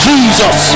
Jesus